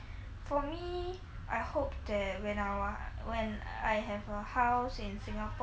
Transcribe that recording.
for me I hope that when I will when I have a house in singapore